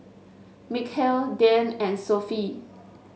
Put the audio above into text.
Mikhail Dian and Sofea